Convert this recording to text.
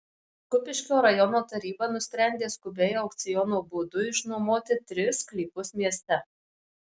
kupiškio rajono taryba nusprendė skubiai aukciono būdu išnuomoti tris sklypus mieste